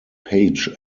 page